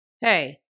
hey